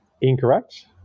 Incorrect